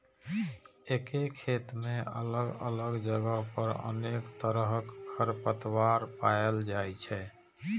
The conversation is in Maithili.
एके खेत मे अलग अलग जगह पर अनेक तरहक खरपतवार पाएल जाइ छै